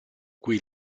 qui